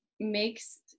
makes